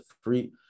free